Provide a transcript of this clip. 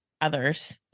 others